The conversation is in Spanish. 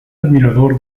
admirador